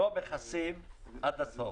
לא מכסה עד הסוף.